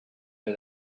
her